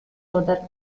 author